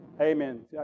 Amen